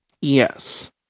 Yes